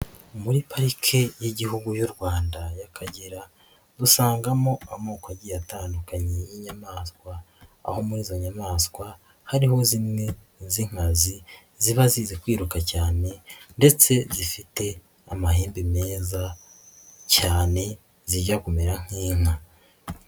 Muri parike y'igihugu y'u Rwanda y'Akagera dusangamo amoko agiye atandukanye y'inyamaswa, aho muri izo nyamaswa hariho zimwe z'inkazi ziba zizi kwiruka cyane ndetse zifite n'amahembe meza cyane zijya kumera nk'inka.